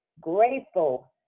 grateful